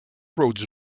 roads